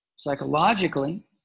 psychologically